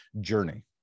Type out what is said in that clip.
journey